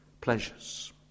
pleasures